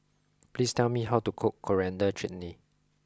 please tell me how to cook Coriander Chutney